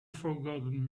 forgotten